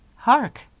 hark!